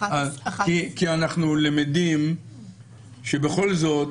כי אנחנו למדים שבכל זאת,